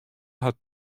hat